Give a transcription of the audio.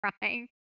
crying